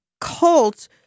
cult